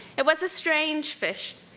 it was a strange fish.